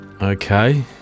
okay